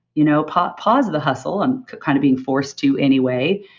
you know pause pause of the hustle and kind of being forced to anyway,